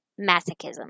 masochism